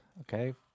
Okay